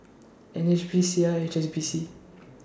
N H B Sia H B C